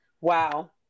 Wow